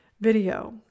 video